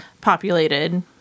populated